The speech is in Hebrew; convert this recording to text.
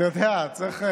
אתה יודע, צריך,